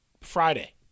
Friday